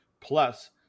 Plus